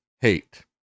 Hate